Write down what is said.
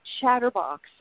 chatterbox